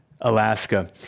Alaska